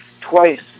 twice